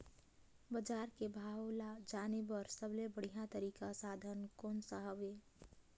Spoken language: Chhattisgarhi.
बजार के भाव ला जाने बार सबले बढ़िया तारिक साधन कोन सा हवय?